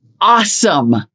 awesome